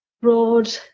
broad